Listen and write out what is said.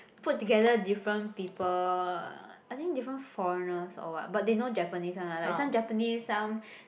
put together different people I think different foreigners or what but they know Japanese one lah like some Japanese some